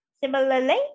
similarly